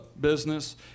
business